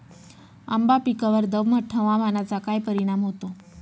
आंबा पिकावर दमट हवामानाचा काय परिणाम होतो?